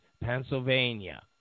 Pennsylvania